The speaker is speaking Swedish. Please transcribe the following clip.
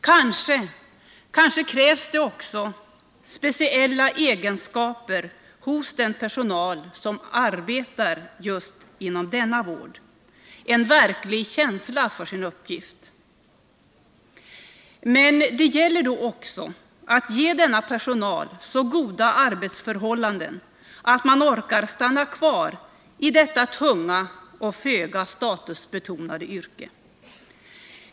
Kanske krävs det också speciella egenskaper hos den personal som arbetar inom just denna vårdsektor — en verklig känsla för uppgiften. Men denna personal måste också ges så goda arbetsförhållanden att den orkar stanna kvar i detta tunga och föga statusbetonade yrke.